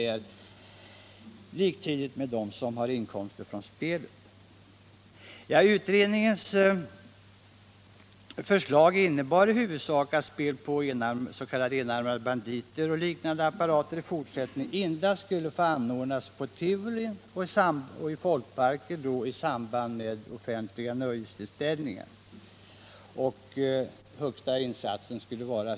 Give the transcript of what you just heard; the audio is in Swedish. Naturligtvis anser man på det hållet att man råkar i en annan konkurrenssituation än de som har inkomster av spel.